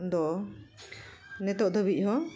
ᱫᱚ ᱱᱤᱛᱳᱜ ᱫᱷᱟᱹᱵᱤᱡ ᱦᱚᱸ